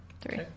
three